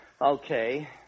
Okay